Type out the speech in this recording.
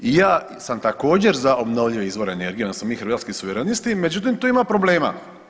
I ja sam također za obnovljive izvore energije odnosno mi Hrvatski suverenisti međutim tu ima problema.